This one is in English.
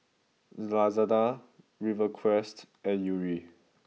Lazada Rivercrest and Yuri